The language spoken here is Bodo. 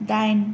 दाइन